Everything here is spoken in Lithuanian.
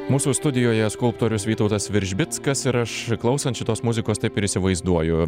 mūsų studijoje skulptorius vytautas veržbickas ir aš klausant šitos muzikos taip ir įsivaizduoju